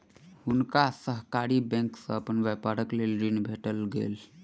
हुनका सहकारी बैंक से अपन व्यापारक लेल ऋण भेट गेलैन